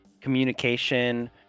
communication